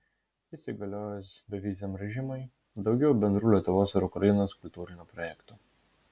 įsigaliojus beviziam režimui daugiau bendrų lietuvos ir ukrainos kultūrinių projektų